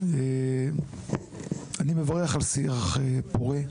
אני מברך על שיח פורה,